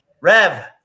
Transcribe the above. rev